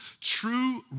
true